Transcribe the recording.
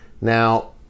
now